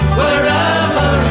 wherever